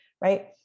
right